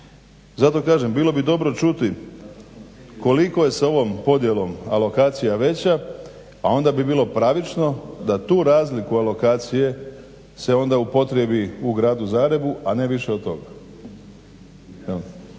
Zato kažem, bilo bi dobro čuti koliko je sa ovom podjelom alokacija veća, a onda bi bilo pravično da tu razliku alokacije se onda upotrijebi u gradu Zagrebu, a ne više od toga.